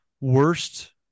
worst